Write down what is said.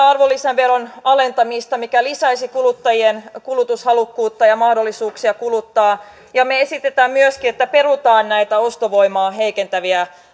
arvonlisäveron alentamista mikä lisäisi kuluttajien kulutushalukkuutta ja mahdollisuuksia kuluttaa ja me esitämme myöskin että perutaan näitä ostovoimaa heikentäviä